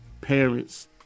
parents